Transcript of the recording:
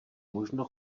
možno